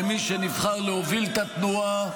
למי שנבחר להוביל את התנועה.